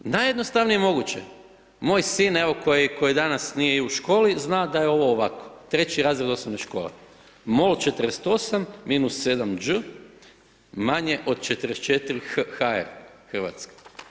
Najjednostavnije moguće, moj sin, evo, koji danas nije i u školi, zna da je ovo ovako, treći razred osnovne škole, MOL 48-7 Đ, manje od 44 HR, Hrvatska.